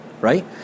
right